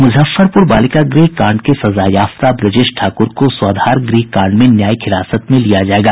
मुजफ्फरपुर बालिका गृह कांड के सजायाफ्ता ब्रजेश ठाकुर को स्वाधार गृह कांड में न्यायिक हिरासत में लिया जायेगा